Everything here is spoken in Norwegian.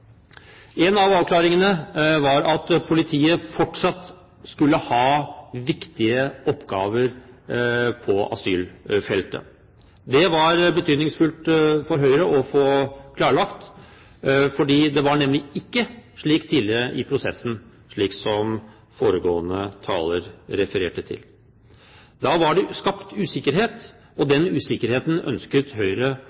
En av avklaringene var at politiet fortsatt skulle ha viktige oppgaver på asylfeltet. Det var det betydningsfullt for Høyre å få klarlagt, for det var nemlig ikke slik tidligere i prosessen, slik foregående taler refererte til. Da var det skapt usikkerhet, og